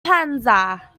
panza